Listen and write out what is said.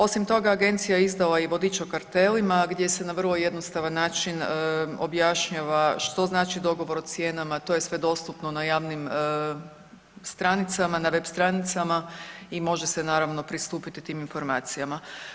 Osim toga agencija je izdala i vodič o kartelima gdje se na vrlo jednostavan način objašnjava što znači dogovor o cijenama, to je sve dostupno na javnim stranicama, na web stranicama i može naravno pristupiti tim informacijama.